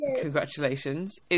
Congratulations